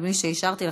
בלי שאישרתי לך,